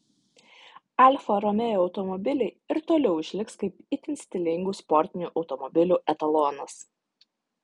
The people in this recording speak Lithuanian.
alfa romeo automobiliai ir toliau išliks kaip itin stilingų sportinių automobilių etalonas